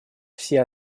все